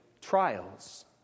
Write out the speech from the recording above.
trials